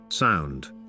sound